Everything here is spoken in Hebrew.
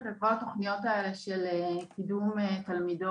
על כל התוכניות האלה של קידום תלמידות